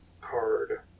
card